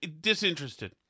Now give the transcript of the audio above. disinterested